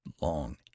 long